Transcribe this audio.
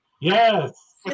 yes